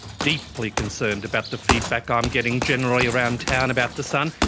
deeply concerned about the feedback i'm getting generally around town about the sun.